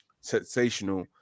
sensational